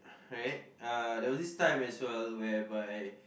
right uh there were this time as well whereby